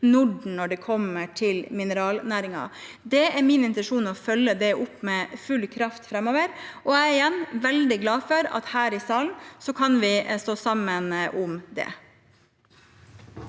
når det gjelder mineralnæringen. Det er min intensjon å følge det opp med full kraft framover. Igjen: Jeg er veldig glad for at vi kan vi stå sammen om det